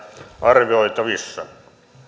arvioitavissa